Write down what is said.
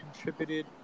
contributed